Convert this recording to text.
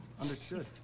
Understood